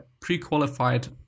pre-qualified